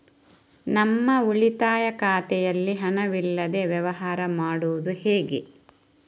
ನಮ್ಮ ಉಳಿತಾಯ ಖಾತೆಯಲ್ಲಿ ಹಣವಿಲ್ಲದೇ ವ್ಯವಹಾರ ಮಾಡುವುದು ಹೇಗೆ?